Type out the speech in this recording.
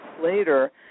later